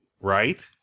right